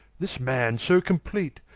this man so compleat,